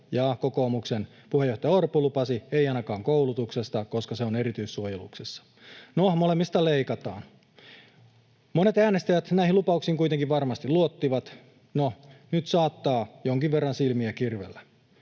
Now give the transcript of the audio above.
kokoomuksen puheenjohtaja Orpo lupasi, että ei ainakaan koulutuksesta, koska se on erityissuojeluksessa. No, molemmista leikataan. Monet äänestäjät näihin lupauksiin kuitenkin varmasti luottivat — nyt saattaa jonkin verran silmiä kirvellä.